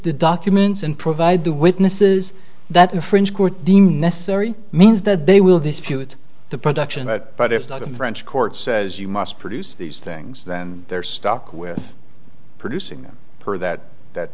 the documents and provide the witnesses that a french court deemed necessary means that they will dispute the production but it's not a french court says you must produce these things that they're stuck with producing them per that that